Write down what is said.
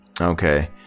Okay